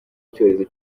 icyorezo